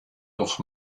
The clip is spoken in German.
doch